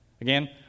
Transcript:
Again